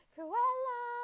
Cruella